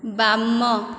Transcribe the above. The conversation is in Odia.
ବାମ